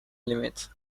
limit